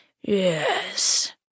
yes